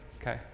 Okay